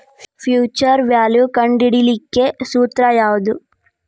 Future value ಕಂಢಿಡಿಲಿಕ್ಕೆ ಸೂತ್ರ ಯಾವ್ದು?